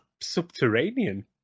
subterranean